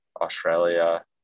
Australia